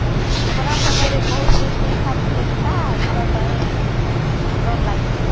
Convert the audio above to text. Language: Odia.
ଖରା ସମୟରେ ବହୁତ ଦୂରକୁ ଇଚ୍ଛା ଥିଲେ ଯିବା ପାଇଁ ଡ଼ର ଲାଗୁଛି